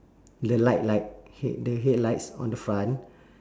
the light light head the headlights on the front